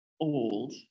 old